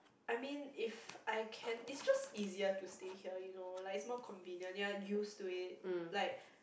I mean if I can it's just easier to stay here you know like it's more convenient you are like used to it like